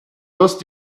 wirst